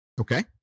Okay